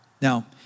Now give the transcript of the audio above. Now